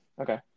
okay